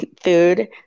food